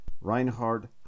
Reinhard